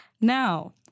Now